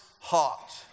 heart